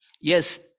Yes